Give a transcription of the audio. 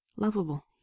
lovable